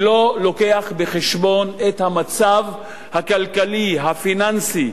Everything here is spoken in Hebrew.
שלא מביא בחשבון את המצב הכלכלי הפיננסי,